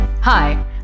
Hi